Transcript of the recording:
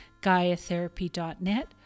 GaiaTherapy.net